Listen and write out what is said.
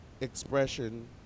expression